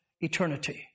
eternity